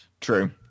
True